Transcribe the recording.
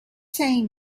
saying